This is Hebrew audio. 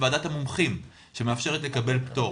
יש ועדת מומחים שמאפשרת לקבל פטור.